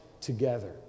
together